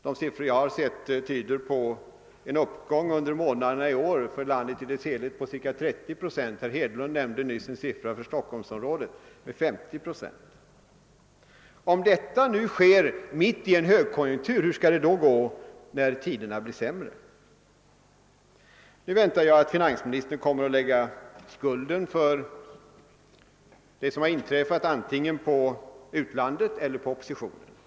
De siffror jag har sett tyder på en uppgång under månaderna hittills i år för landet i sin helhet på 30 procent — herr Hedlund nämnde nyss siffran 920 procent för Stockholmsområdet. Om detta inträffar mitt i en högkonjunktur, hur skall det då gå när tiderna blir sämre? Nu väntar jag att finansministern kommer att lägga skulden för det som har inträffat antingen på utlandet eller på oppositionen.